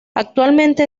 actualmente